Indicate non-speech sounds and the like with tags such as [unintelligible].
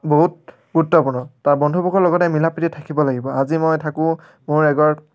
বহুত গুৰুত্বপূৰ্ণ তাৰ বন্ধুবৰ্গৰ লগতে মিলা প্ৰীতিৰে থাকিব লাগিব আজি মই থাকোঁ মই [unintelligible]